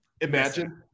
imagine